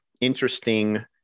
interesting